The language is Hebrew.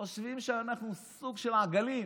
חושבים שאנחנו סוג של עגלים,